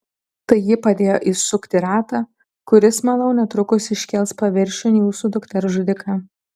tai ji padėjo įsukti ratą kuris manau netrukus iškels paviršiun jūsų dukters žudiką